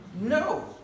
No